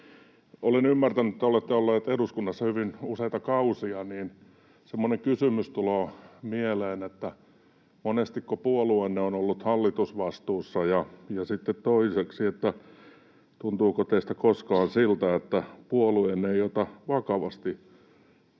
Olen ymmärtänyt, että te olette ollut eduskunnassa hyvin useita kausia, ja semmoinen kysymys tulee mieleen, monestiko puolueenne on ollut hallitusvastuussa. Sitten toiseksi: tuntuuko teistä koskaan siltä, että puolueenne ei ota vakavasti